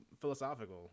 philosophical